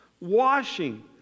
washing